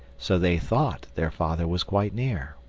so they thought their father was quite near.